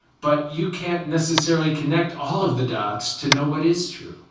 but you can't necessarily connect all of the dots to know what is true.